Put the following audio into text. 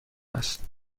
است